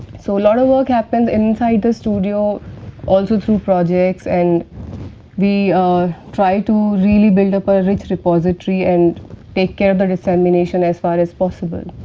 so, lot of work happens inside the studio also through projects and we try to really build up a rich repository, and take care of the dissemination, as far as possible.